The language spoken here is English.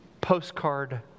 postcard